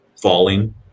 falling